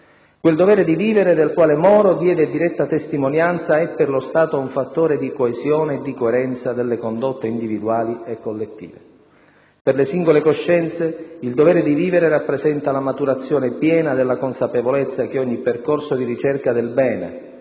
Quel «dovere di vivere» del quale Moro diede diretta testimonianza è per lo Stato un fattore di coesione e di coerenza delle condotte individuali e collettive. Per le singole coscienze, il «dovere di vivere» rappresenta la maturazione piena della consapevolezza che ogni percorso di ricerca del bene,